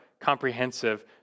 comprehensive